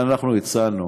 אנחנו הצענו